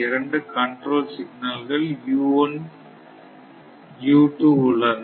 இரண்டு கண்ட்ரோல் சிக்னல்கள் உள்ளன